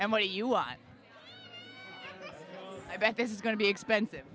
and what are you on i bet this is going to be expensive